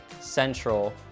Central